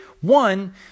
one